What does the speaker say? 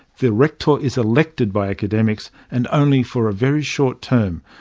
the rector is elected by academics, and only for a very short term,